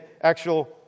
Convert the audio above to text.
actual